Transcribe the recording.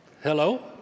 Hello